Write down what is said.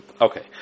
Okay